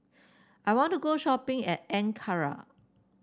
I want to go shopping at Ankara